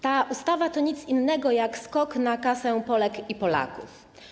Ta ustawa to nic innego jak skok na kasę Polek i Polaków.